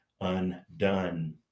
undone